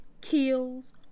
kills